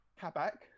Kabak